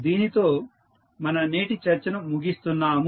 దీనితో మన నేటి చర్చను ముగిస్తున్నాము